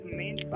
main